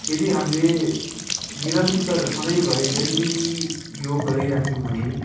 यदि हामीले निरन्तर सधैँभरि डेली योग गरिरह्यौँ भने